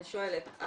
אני שואלת,